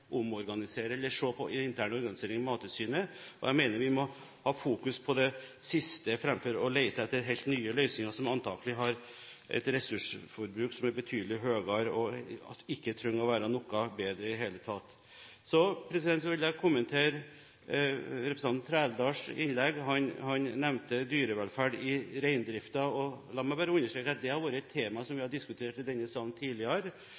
omorganisere eller se på intern organisering av Mattilsynet. Jeg mener at vi må ha fokus på det siste framfor å lete etter helt nye løsninger, som antakeligvis har et ressursforbruk som er betydelig høyere, og som ikke trenger å være noe bedre i det hele tatt. Så vil jeg kommentere representanten Trældals innlegg. Han nevnte dyrevelferd i reindriften. La meg bare understreke at det har vært et tema som vi har diskutert i denne salen tidligere,